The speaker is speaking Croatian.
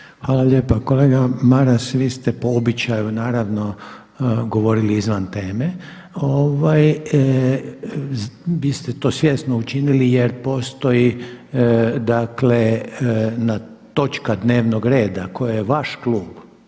Hvala lijepa. Kolega Maras, vi ste po običaju naravno govorili izvan teme. Vi ste to svjesno učinili jer postoji dakle točka dnevnog reda koju je vaš klub